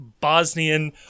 Bosnian